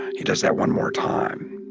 he does that one more time.